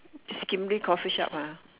coffee shop ha